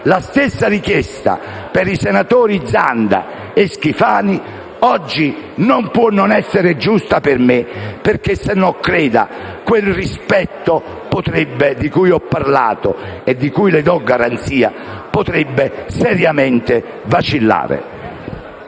la stessa richiesta per i senatori Zanda e Schifani, oggi non può non essere giusta per me. Altrimenti, quel rispetto di cui le ho parlato e di cui le do garanzia potrebbe seriamente vacillare.